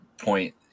point